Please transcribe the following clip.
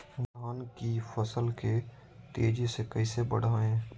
धान की फसल के तेजी से कैसे बढ़ाएं?